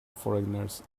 foreigners